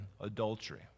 adultery